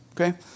okay